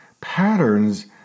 patterns